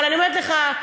אבל אני אומרת לך,